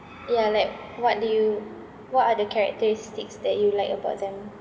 ya like what do you what are the characteristics that you like about them